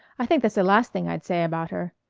i think that's the last thing i'd say about her.